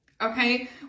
okay